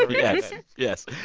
yes, yes.